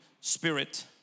spirit